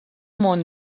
món